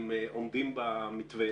אם עומדים במתווה